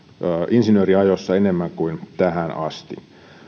insinööriajossa enemmän kuin tähän asti